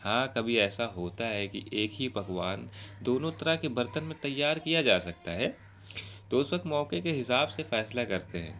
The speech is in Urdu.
ہاں کبھی ایسا ہوتا ہے کہ ایک ہی پکوان دونوں طرح کے برتن میں تیار کیا جا سکتا ہے تو اس وقت موقع کے حساب سے فیصلہ کرتے ہیں